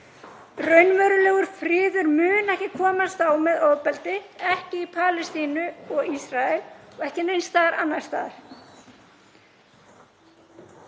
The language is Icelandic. Raunverulegur friður muni ekki komast á með ofbeldi, ekki í Palestínu og Ísrael og ekki neins staðar annars staðar.